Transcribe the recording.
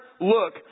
look